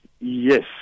Yes